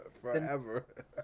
forever